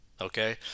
okay